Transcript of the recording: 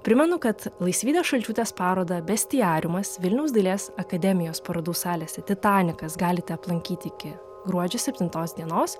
primenu kad laisvydos šalčiūtės parodą bestiariumas vilniaus dailės akademijos parodų salėse titanikas galite aplankyti iki gruodžio septintos dienos